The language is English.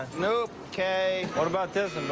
nope. kay. what about this